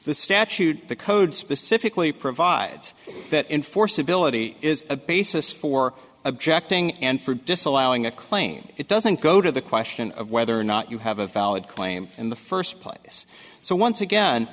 the statute the code specifically provides that in force ability is a basis for objecting and for disallowing a claim it doesn't go to the question of whether or not you have a valid claim in the first place so once again